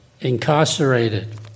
incarcerated